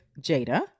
Jada